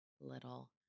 little